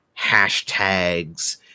hashtags